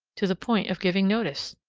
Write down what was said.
to the point of giving notice.